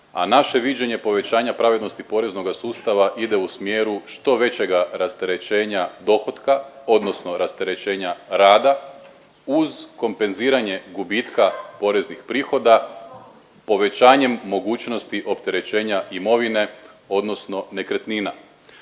a naše viđenje povećanja pravednosti poreznoga sustava ide u smjeru što većega rasterećenja dohotka odnosno rasterećenja rada uz kompenziranje gubitka poreznih prihoda povećanjem mogućnosti opterećenja imovine odnosno nekretnina.